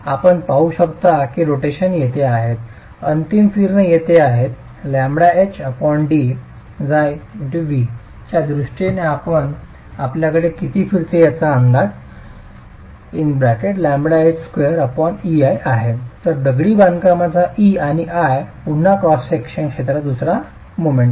आपण पाहू शकता की रोटेशन येथे आहेत अंतिम फिरणे येथे आहेत λhdv च्या दृष्टीने जे आपल्याकडे किती फिरते आहे याचा अंदाज λh2EIआहे दगडी बांधकामाचा E आणि I पुन्हा क्रॉस सेक्शनच्या क्षेत्राचा दुसरा मोमेन्ट आहे